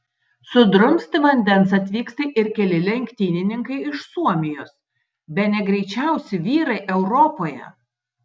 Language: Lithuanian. sudrumsti vandens atvyksta ir keli lenktynininkai iš suomijos bene greičiausi vyrai europoje